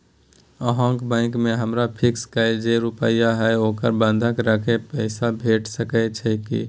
अहाँके बैंक में हमर फिक्स कैल जे रुपिया हय ओकरा बंधक रख पैसा भेट सकै छै कि?